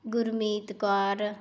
Gurmeet Kaur